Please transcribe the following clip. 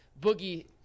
Boogie